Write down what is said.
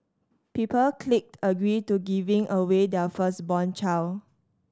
people clicked agree to giving away their firstborn child